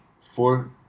four